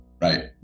right